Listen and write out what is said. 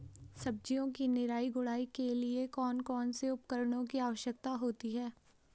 सब्जियों की निराई गुड़ाई के लिए कौन कौन से उपकरणों की आवश्यकता होती है?